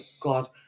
god